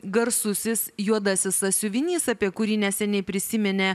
garsusis juodasis sąsiuvinys apie kurį neseniai prisiminė